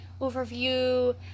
overview-